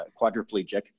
quadriplegic